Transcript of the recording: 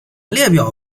列表